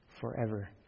forever